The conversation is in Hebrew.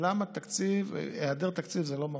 ולמה בהיעדר תקציב זה לא מרפה,